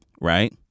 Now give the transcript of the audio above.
right